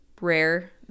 rare